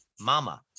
Mama